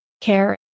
care